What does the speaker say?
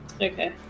Okay